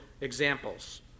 examples